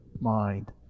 mind